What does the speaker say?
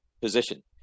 position